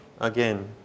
again